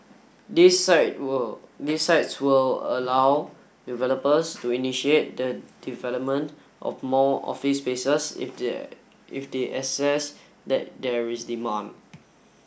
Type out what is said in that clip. these site will these sites will allow developers to initiate the development of more office spaces if their if they assess that there is demand